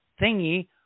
thingy